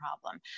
problem